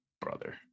brother